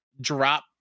drop